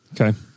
Okay